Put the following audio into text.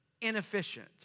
inefficient